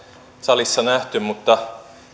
salissa nähty